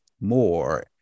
more